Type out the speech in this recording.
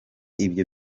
ibyo